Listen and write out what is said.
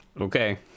Okay